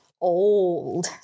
old